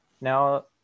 now